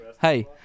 Hey